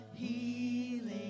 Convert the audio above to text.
healing